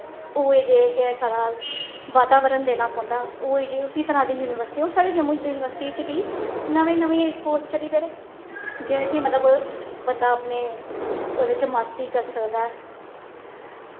उऐ जेह् गै साढ़ा बातावरण देना पौंदा उऐ जे उस्सै तरह् दी युनिवर्सटियां हून साढ़ी युनिवर्सटी च बी नमें नमें कोर्स चली पेदे जेह्ड़े कि मतलब बंदा अपने ओह्दे च मास्टरी करी सकदा ऐ